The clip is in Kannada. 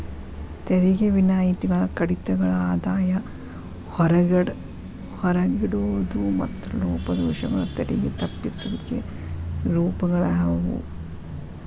ತೆರಿಗೆ ವಿನಾಯಿತಿಗಳ ಕಡಿತಗಳ ಆದಾಯ ಹೊರಗಿಡೋದು ಮತ್ತ ಲೋಪದೋಷಗಳು ತೆರಿಗೆ ತಪ್ಪಿಸುವಿಕೆ ರೂಪಗಳಾಗ್ಯಾವ